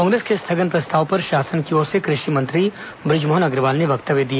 कांग्रेस के स्थगन प्रस्ताव पर शासन की ओर से कृषि मंत्री ब्रजमोहन अग्रवाल ने वक्तव्य दिया